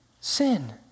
sin